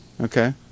Okay